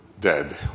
dead